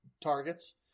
targets